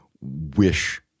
wish